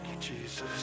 Jesus